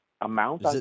amount